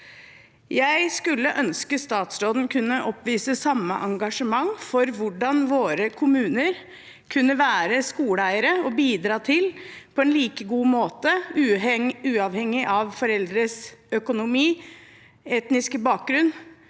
Jeg skulle ønske statsråden kunne oppvise samme engasjement for hvordan våre kommuner kan være skoleeiere og på en like god måte bidra til – uavhengig av foreldrenes økonomi og etnisk bakgrunn